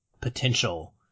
potential